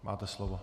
Máte slovo.